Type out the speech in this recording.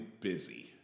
busy